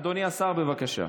אדוני השר, בבקשה.